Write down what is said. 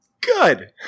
Good